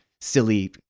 silly